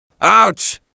Ouch